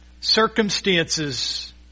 circumstances